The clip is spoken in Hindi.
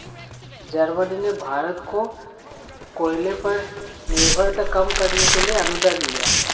जर्मनी ने भारत को कोयले पर निर्भरता कम करने के लिए अनुदान दिया